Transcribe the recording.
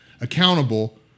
accountable